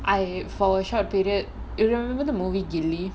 I for a short period you don't remember the movie கில்லி:gilli